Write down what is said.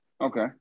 Okay